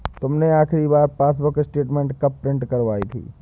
तुमने आखिरी बार पासबुक स्टेटमेंट कब प्रिन्ट करवाई थी?